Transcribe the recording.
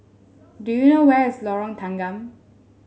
do you know where is Lorong Tanggam